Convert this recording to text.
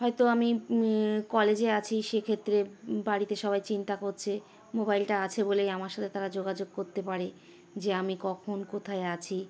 হয়তো আমি কলেজে আছি সেক্ষেত্রে বাড়িতে সবাই চিন্তা করছে মোবাইলটা আছে বলেই আমার সাথে তারা যোগাযোগ করতে পারে যে আমি কখন কোথায় আছি